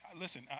listen